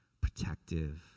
protective